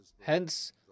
Hence